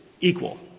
equal